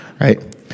Right